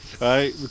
right